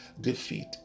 Defeat